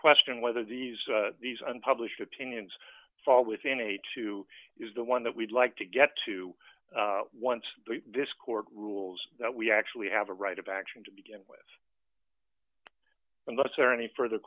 question whether these these unpublished opinions fall within a two is the one that we'd like to get to once this court rules that we actually have a right of action to begin with and thus there are any further